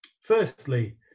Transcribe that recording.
Firstly